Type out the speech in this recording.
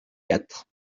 quatre